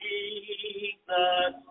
Jesus